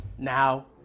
Now